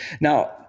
Now